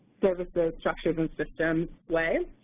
services, structures, and systems way.